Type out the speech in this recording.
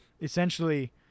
essentially